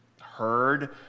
heard